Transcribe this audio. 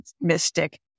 mystic